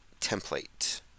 template